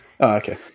okay